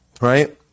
Right